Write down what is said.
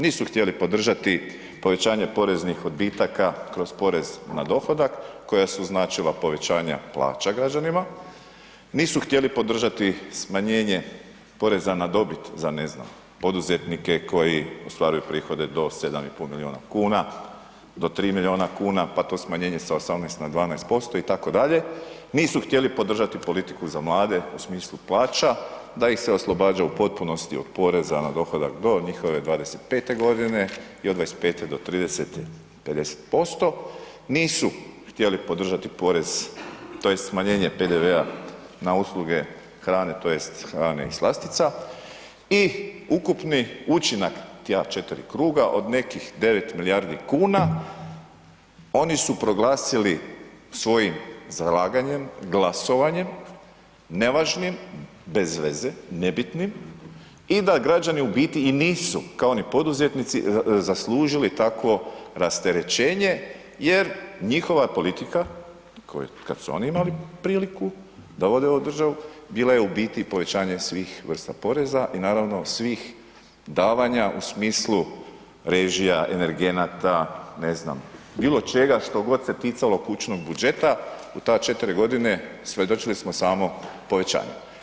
Nisu htjeli podržati povećanje poreznih odbitaka kroz porez na dohodak koja su značila povećanja plaća građanima, nisu htjeli podržati smanjenje poreza na dobit za ne znam poduzetnike koji ostvaruju prihode do 7,5 miliona kuna do 3 miliona kuna, pa to smanjenje sa 18 na 12% itd., nisu htjeli podržati politiku za mlade u smislu plaća da ih se oslobađa u potpunosti od poreza na dohodak do njihove 25 godine i od 25 do 30 50%, nisu htjeli podržati porez tj. smanjenje PDV-a na usluge hrane tj. hrane i slastica i ukupni učinak ta 4 kruga od nekih 9 milijardi kuna oni su proglasili svojim zalaganjem glasovanjem, nevažnim, bez veze, nebitnim i da građani u biti i nisu kao ni poduzetnici zaslužili takvo rasterećenje jer njihova je politika kad su oni imali priliku da vode ovu državu bila je u biti povećanje svih vrsta poreza i naravno svih davanja u smislu režija, energenata, ne znam bilo čega što god se ticalo kućnog budžeta u ta 4 godine svjedočili smo samo povećanjima.